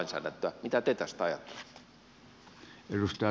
mitä te tästä ajattelette